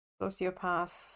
sociopath